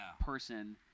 person